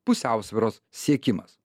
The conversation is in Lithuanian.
pusiausvyros siekimas